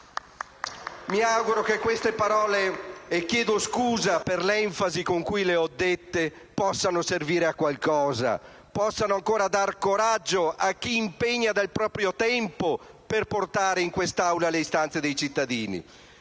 Mi auguro che queste parole - e chiedo scusa per l'enfasi con cui le ho pronunciate - possano servire a qualcosa; possano ancora dare coraggio a chi impegna il proprio tempo per portare in quest'Aula le istanze dei cittadini.